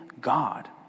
God